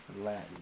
Latin